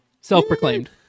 Self-proclaimed